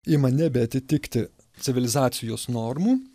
ima nebeatitikti civilizacijos normų